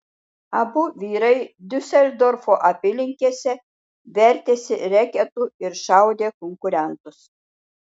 abu vyrai diuseldorfo apylinkėse vertėsi reketu ir šaudė konkurentus